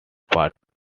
particles